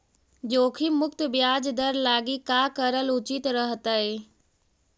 जोखिम मुक्त ब्याज दर लागी का करल उचित रहतई?